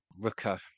Rooker